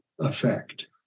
effect